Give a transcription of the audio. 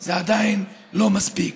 זה עדיין לא מספיק.